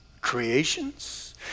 creations